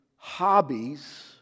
hobbies